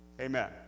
Amen